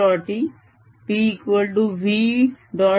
E PV